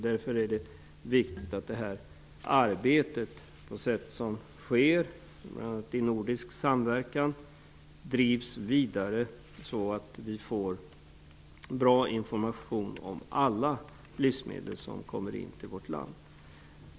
Därför är det viktigt att detta arbete på sätt som sker bl.a. i nordisk samverkan drivs vidare så att vi får bra information om alla livsmedel som kommer till vårt land.